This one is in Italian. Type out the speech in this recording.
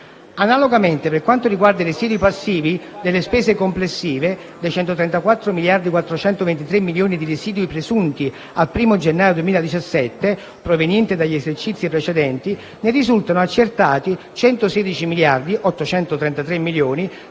Analogamente, per quanto riguarda i residui passivi delle spese complessive, su 234.423 milioni di residui presunti al 1° gennaio 2017 provenienti dagli esercizi precedenti, ne risultano accertati 116.833 milioni, di cui